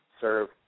serve